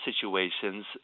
situations